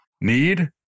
need